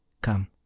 Come